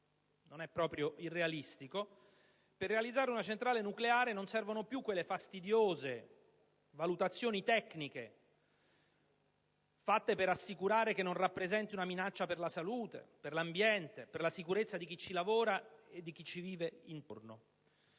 non è proprio irrealistico - per realizzare una centrale nucleare non servono più quelle fastidiose valutazioni tecniche fatte per assicurare che essa non rappresenti una minaccia per la salute, per l'ambiente e per la sicurezza di chi ci lavora e di chi ci vive intorno.